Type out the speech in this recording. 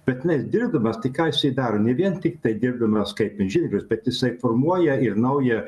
bet tenais dirbdamas tai ką jisai daro ne vien tiktai dirbdamas kaip inžinierius bet jisai formuoja ir naują